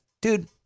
dude